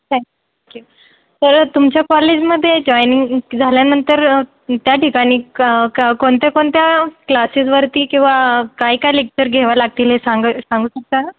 thank you तर तुमच्या कॉलेजमध्ये जॉयनिंग झाल्यानंतर त्या ठिकाणी क क कोणत्या कोणत्या क्लासेसवरती किंवा काय काय लेक्चर घ्यावं लागतील हे सांग सांगू शकता